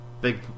Big